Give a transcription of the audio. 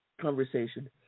conversation